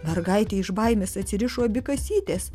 mergaitei iš baimės atsirišo abi kasytės